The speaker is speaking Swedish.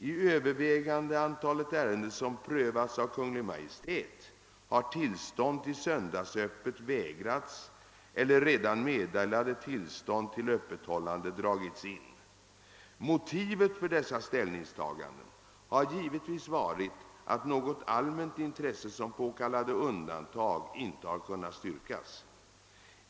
I övervägande antalet ärenden, som prövats av Kungl. Maj:t, har tillstånd till söndagsöppet vägrats eller redan meddelade tillstånd till sådant öppethållande dragits in. Motivet för dessa ställningstaganden har givetvis varit att något allmänt intresse som påkallade undantag inte har kunnat styrkas.